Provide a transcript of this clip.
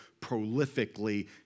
prolifically